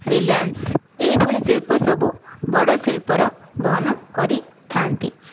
Reliance ଏହିଭଳି ଶିଳ୍ପସବୁ ବଡ଼ ଶିଳ୍ପର ବହନ କରିଥାନ୍ତି